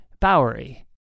Bowery